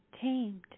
tamed